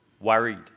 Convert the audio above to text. worried